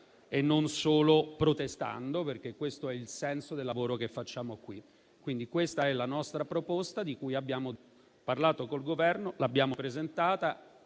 e non solo protestando, perché questo è il senso del lavoro che facciamo in questa sede. Questa è la nostra proposta, di cui abbiamo parlato col Governo. L'abbiamo presentata